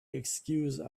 excuse